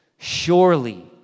Surely